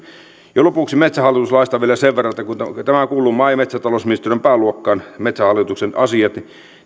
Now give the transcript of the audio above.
lopuksi metsähallitus laista vielä sen verran että kun tämä kuuluu maa ja metsäta lousministeriön pääluokkaan metsähallituksen asiat